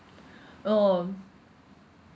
oh